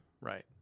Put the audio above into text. Right